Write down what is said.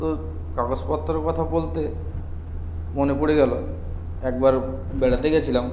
তো কাগজপত্রের কথা বলতে মনে পড়ে গেলো একবার বেড়াতে গিয়েছিলাম